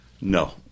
No